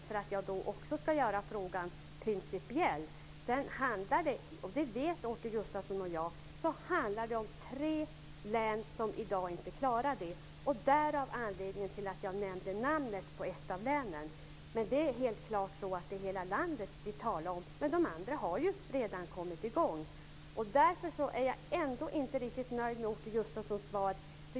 Åke Gustavsson och jag vet att det i dag finns tre län som inte klarar det. Det är anledningen till att jag nämnde namnet på ett av länen. Det är helt klart så att det är hela landet vi talar om, men de andra regionerna har ju redan kommit i gång. Jag är ändå inte riktigt nöjd med Åke Gustavssons svar.